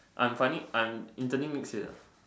I'm finally I'm interning next year ah